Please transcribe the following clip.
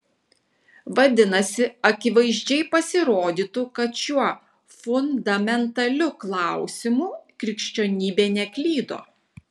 vadinasi akivaizdžiai pasirodytų kad šiuo fundamentaliu klausimu krikščionybė neklydo